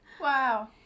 wow